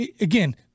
again